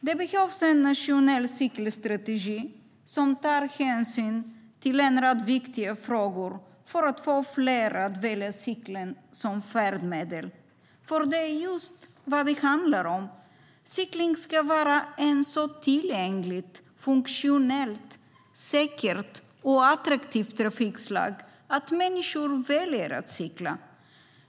Det behövs en nationell cykelstrategi som tar hänsyn till en rad viktiga frågor för att få fler att välja cykeln som färdmedel. För det är just det som det handlar om. Cykling ska vara ett så tillgängligt, funktionellt, säkert och attraktivt trafikslag att människor väljer att cykla.